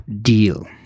deal